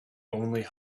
only